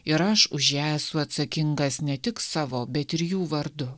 ir aš už ją esu atsakingas ne tik savo bet ir jų vardu